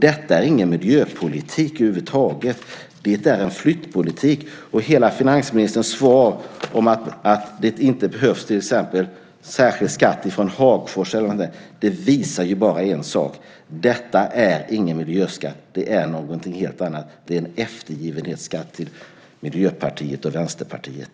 Detta är ingen miljöpolitik över huvud taget, utan det är flyttpolitik! Hela svaret från finansministern - till exempel att det inte behövs en särskild skatt på resor från Hagfors eller så - visar bara en sak: att detta inte är en miljöskatt utan någonting helt annat. Det är nämligen en eftergivenhetsskatt till Miljöpartiet och Vänsterpartiet.